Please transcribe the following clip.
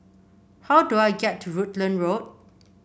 how do I get to Rutland Road